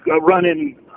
running